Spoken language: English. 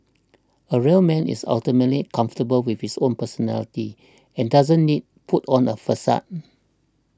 a real man is ultimately comfortable with his own personality and doesn't need put on a facade